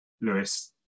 Lewis